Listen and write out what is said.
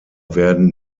werden